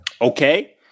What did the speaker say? Okay